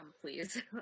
please